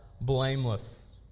blameless